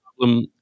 problem